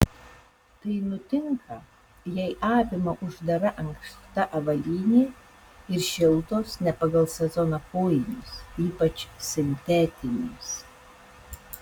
tai nutinka jei avima uždara ankšta avalynė ir šiltos ne pagal sezoną kojinės ypač sintetinės